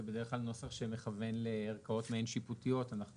זה בדרך כלל נוסח שמכוון לערכאות מעין שיפוטיות ואנחנו